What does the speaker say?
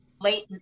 late